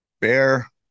bear